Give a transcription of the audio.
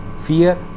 fear